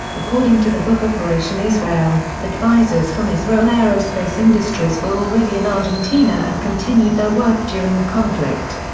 according to the book operation israel, advisors from israel aerospace industries were already in argentina and continued their work during the conflict.